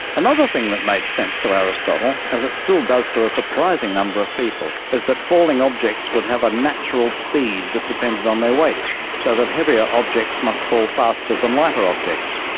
another thing that made sense to aristotle, as it still does to a surprising number of people, is that falling objects would have a natural speed that depended on their weights, so that heavier objects must fall faster than lighter objects.